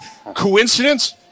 coincidence